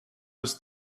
was